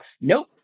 nope